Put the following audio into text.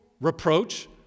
reproach